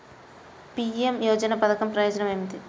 PM యోజన పధకం ప్రయోజనం ఏమితి?